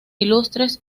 ilustres